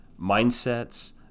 mindsets